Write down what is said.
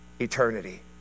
eternity